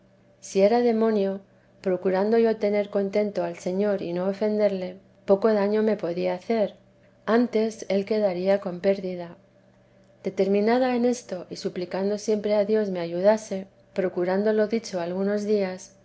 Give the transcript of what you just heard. si era demonio procurando yo tener contento al señor y no ofenderle poco daño me podía hacer antes él quedaría con pérdida determinada en esto y suplicando siempre a dios me ayudase procurando lo dicho algunos días